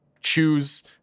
choose